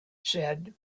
said